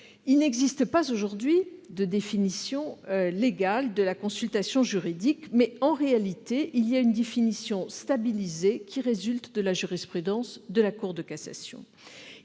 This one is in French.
Il n'existe pas aujourd'hui de définition légale de la consultation juridique, mais en réalité il y a une définition stabilisée qui résulte de la jurisprudence de la Cour de cassation.